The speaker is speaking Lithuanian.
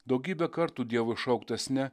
daugybę kartų dievui šauktas ne